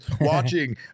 watching